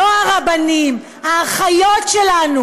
לא הרבנים, האחיות שלנו